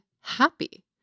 happy